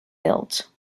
built